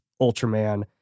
Ultraman